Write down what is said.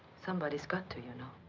somebody's got to, you know.